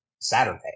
Saturday